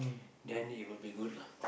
then it will be good lah